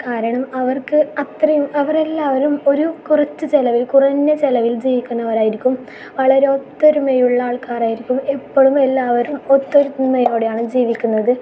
കാരണം അവർക്ക് അത്രയും അവരെല്ലാവരും ഒരു കുറച്ച് ചിലവിൽ കുറഞ്ഞ ചിലവിൽ ജീവിക്കുന്നവരായിരിക്കും വളരെ ഒത്തൊരുമയുള്ള ആൾക്കാരായിരിക്കും എപ്പോഴും എല്ലാവരും ഒത്തൊരുമയോടെയാണ് ജീവിക്കുന്നത്